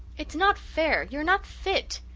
it's not fair you're not fit.